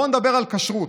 בואו נדבר על כשרות,